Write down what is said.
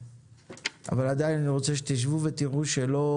אבל עדיין אני רוצה שתשבו ותראו שלא